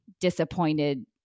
disappointed